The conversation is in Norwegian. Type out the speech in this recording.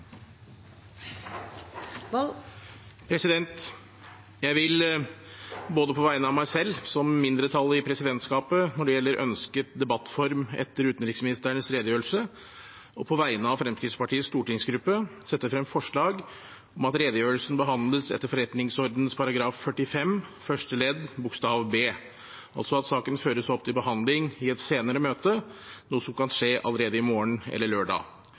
Jeg vil, både på vegne av meg selv, som mindretallet i presidentskapet når det gjelder ønsket debattform etter utenriksministerens redegjørelse, og på vegne av Fremskrittspartiets stortingsgruppe, sette frem et forslag om at redegjørelsen behandles etter Stortingets forretningsorden § 45 første ledd bokstav b – altså at saken føres opp til behandling i et senere møte, noe som kan skje allerede i morgen eller på lørdag.